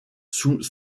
sous